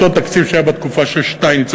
אותו תקציב שהיה בתקופה של שטייניץ.